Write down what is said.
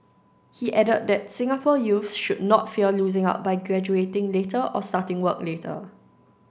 he added that Singapore youths should not fear losing out by graduating later or starting work later